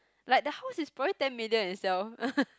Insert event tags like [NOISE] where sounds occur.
like the house is probably ten million itself [LAUGHS]